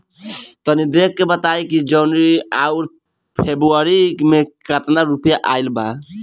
तनी देख के बताई कि जौनरी आउर फेबुयारी में कातना रुपिया आएल बा?